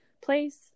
place